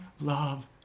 love